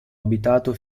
abitato